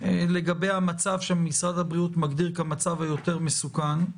לגבי המצב שמשרד הבריאות מגדיר כמצב היותר מסוכן,